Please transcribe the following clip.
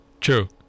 True